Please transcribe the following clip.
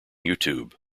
youtube